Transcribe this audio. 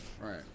right